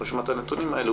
אנחנו נשמע את הנתונים האלה,